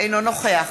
אינו נוכח